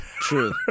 true